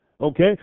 okay